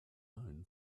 own